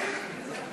ההצעה